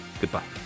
Goodbye